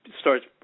starts